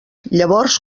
llavors